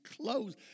clothes